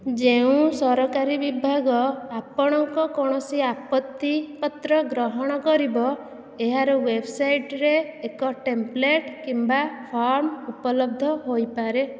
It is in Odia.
ଯେଉଁ ସରକାରୀ ବିଭାଗ ଆପଣଙ୍କ କୌଣସି ଆପତ୍ତି ପତ୍ର ଗ୍ରହଣ କରିବ ଏହାର ୱେବସାଇଟରେ ଏକ ଟେମ୍ପ୍ଲେଟ୍ କିମ୍ବା ଫର୍ମ ଉପଲବ୍ଧ ହୋଇପାରେ